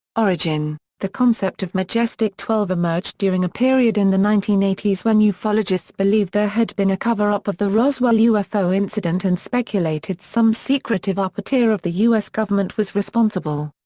origin the concept of majestic twelve emerged during a period in the nineteen eighty s when ufologists believed there had been a cover-up of the roswell ufo incident and speculated some secretive upper tier of the us government was responsible.